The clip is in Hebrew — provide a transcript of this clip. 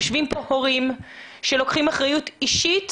יושבים כאן הורים שלוקחים אחריות אישית